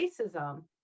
racism